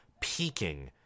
peaking